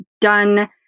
done